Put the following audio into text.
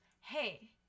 Hey